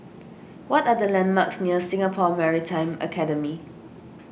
what are the landmarks near Singapore Maritime Academy